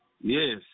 Yes